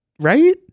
right